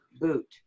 boot